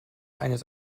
eines